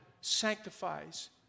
sanctifies